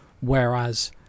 whereas